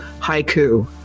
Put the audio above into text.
haiku